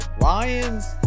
Lions